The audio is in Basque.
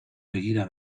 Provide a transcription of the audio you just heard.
begira